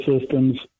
systems